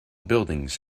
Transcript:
buildings